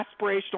aspirational